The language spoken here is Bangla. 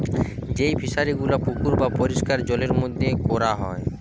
যেই ফিশারি গুলা পুকুর বা পরিষ্কার জলের মধ্যে কোরা হয়